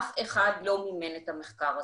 אף אחד לא מימן את המחקר הזה.